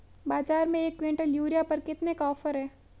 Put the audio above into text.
बाज़ार में एक किवंटल यूरिया पर कितने का ऑफ़र है?